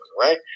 right